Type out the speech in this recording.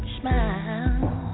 smile